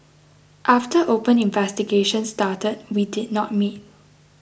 after open investigations started we did not meet